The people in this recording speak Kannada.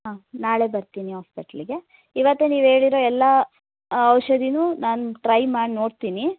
ಹಾಂ ನಾಳೆ ಬರ್ತಿನಿ ಹಾಸ್ಪೆಟ್ಲಿಗೆ ಇವತ್ತೇ ನೀವು ಹೇಳಿರೊ ಎಲ್ಲಾ ಔಷಧಿನು ನಾನು ಟ್ರೈ ಮಾಡಿ ನೋಡ್ತಿನಿ